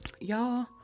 y'all